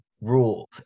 rules